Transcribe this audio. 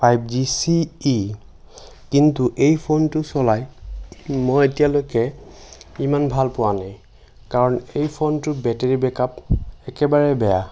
five G চি ই কিন্তু এই ফোনটো চলাই মই এতিয়ালৈকে ইমান ভাল পোৱা নাই কাৰণ এই ফোনটোৰ বেটেৰী বেকআপ একেবাৰে বেয়া